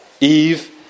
Eve